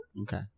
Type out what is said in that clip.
Okay